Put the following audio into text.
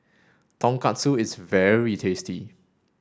Tonkatsu is very tasty